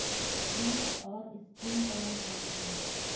Drip और sprinkler क्या हैं?